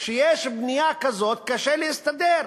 כשיש בנייה כזאת, קשה להסתדר.